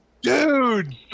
Dude